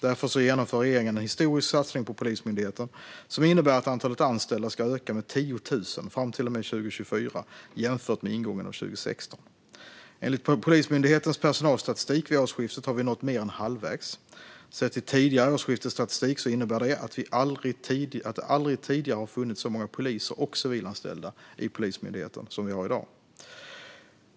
Därför genomför regeringen en historisk satsning på Polismyndigheten som innebär att antalet anställda ska öka med 10 000 fram till och med 2024 jämfört med ingången av 2016. Enligt Polismyndighetens personalstatistik vid årsskiftet har vi nått mer än halvvägs. Sett till tidigare årsskiftesstatistik innebär det att det aldrig tidigare har funnits så många poliser och civilanställda i Polismyndigheten som vi har i dag.